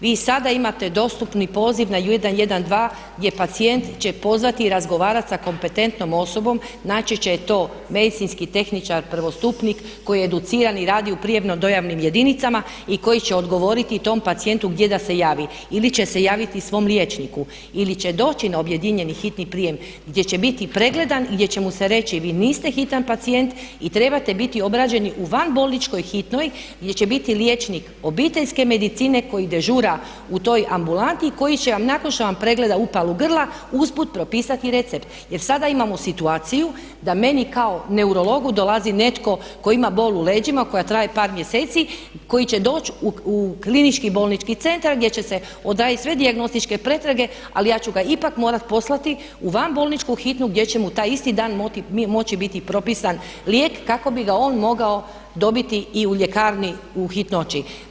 Vi i sada imate dostupni poziv na 112 gdje pacijent će pozvati i razgovarati sa kompetentnom osobom, najčešće je to medicinski tehničar, prvostupnik koji je educiran i radi u prijavno dojavnim jedinicama i koji će odgovoriti tom pacijentu gdje da se javi ili će se javiti svom liječniku ili će doći na objedinjeni hitni prijem gdje će biti pregledan, gdje će mu se reći, vi niste hitni pacijent i trebate biti obrađeni u van bolničkoj hitnoj gdje će biti liječnik obiteljske medicine koji dežura u toj ambulanti koji će vam nakon što vam pregleda uputu grla usput propisati recept jer sada imamo situaciju da meni kao neurologu dolazi netko tko ima bol u leđima koja traje par mjeseci, koji će doći u klinički bolnički centar gdje će se odradit sve dijagnostičke pretrage, ali ja ću ga ipak morati poslati u vanbolničku hitnu gdje će mu taj isti dan moći biti propisan lijek kako bi ga on mogao dobiti i u ljekarni u hitnoći.